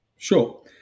Sure